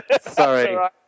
sorry